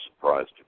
surprised